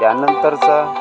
त्या नंतरचा